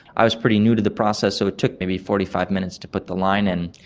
i was pretty new to the process so it took maybe forty five minutes to put the line in.